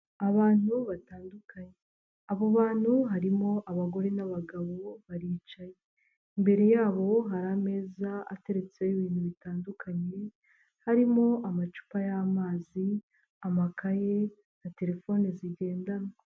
Abantu batandukanye, abo bantu harimo abagore n'abagabo baricaye imbere yabo hari ameza ateretseho ibintu bitandukanye harimo: amacupa y'amazi ,amakaye, na terefone zigendanwa.